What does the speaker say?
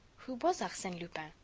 who was arsene lupin?